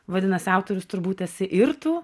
vadinasi autorius turbūt esi ir tu